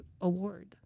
award